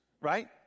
right